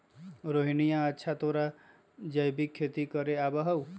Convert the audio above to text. रोहिणीया, अच्छा तोरा जैविक खेती करे आवा हाउ?